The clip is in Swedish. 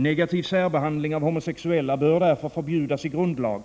Negativ särbehandling av homosexuella bör därför förbjudas i grundlag